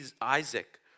Isaac